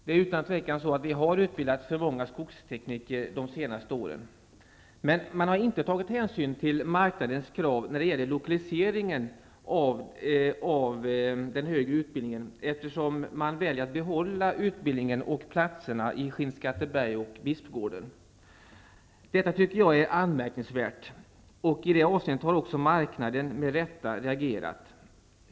Vi har utan tvivel utbildat för många skogstekniker de senaste åren. Men man har inte tagit hänsyn till marknadens krav när det gäller lokaliseringen av den högre utbildningen, eftersom man väljer att behålla utbildningen i Skinnskatteberg och Bispgården. Detta tycker jag är anmärkningsvärt, och i det avseendet har också marknaden, med rätta, reagerat.